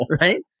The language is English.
right